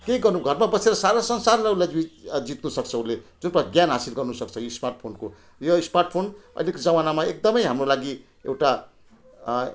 के गर्नु घरमा बसेर सारा संसार उसलाई जित जित्नुसक्छ उसले जुनबाट ज्ञान हासिल हर्नुसक्छ यो स्मार्ट फोनको स्मार्ट फोन अहिलेको जमानामा एकदमै हाम्रो लागि एउटा